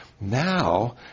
now